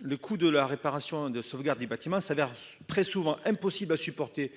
Le coût de la réparation de sauvegarde des bâtiments s'avère très souvent impossibles à supporter